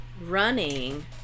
running